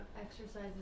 exercises